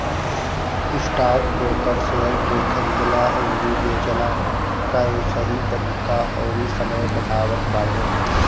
stockbroker share के खरीदला अउरी बेचला कअ सही तरीका अउरी समय बतावत बाने